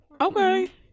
Okay